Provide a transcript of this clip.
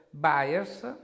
buyers